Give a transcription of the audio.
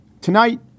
Tonight